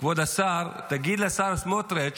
כבוד השר, תגיד לשר סמוטריץ'